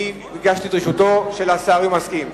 אני ביקשתי את רשותו של השר, אם הוא מסכים.